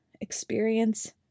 experience